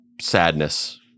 sadness